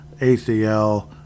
ACL